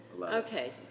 Okay